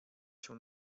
się